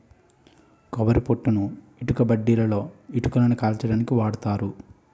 కొబ్బరి పొట్టుని ఇటుకబట్టీలలో ఇటుకలని కాల్చడానికి వాడతారు